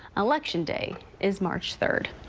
election day is march third.